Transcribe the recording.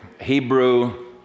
Hebrew